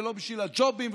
ולא בשביל הג'ובים,